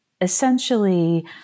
essentially